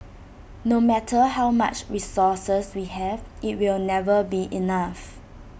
no matter how much resources we have IT will never be enough